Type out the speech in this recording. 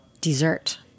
Dessert